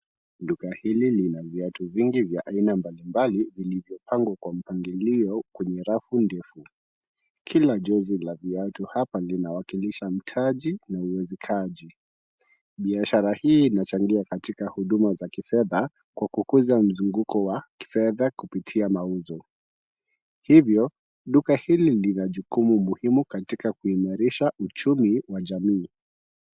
Duka hili lina viatu vingi vya aina mbalimbali vilivyopangwa kwa mpangilio kwenye rafu ndefu. Kila jozi la viatu hapa linawakilisha mtaji na uezekaji. Biashara hii inachangia katika huduma za kifedha, kwa kukuza mzunguko wa fedha kupitia mauzo. Hivyo, duka hili lina jukumu muhimu katika kuimarisha uchumi wa jamii.